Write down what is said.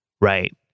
right